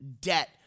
debt